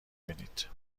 بینید